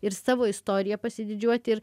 ir savo istorija pasididžiuoti ir